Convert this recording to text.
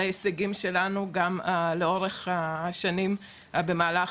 על ההישגים שלנו גם לאורך השנים במהלך